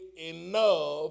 enough